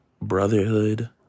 brotherhood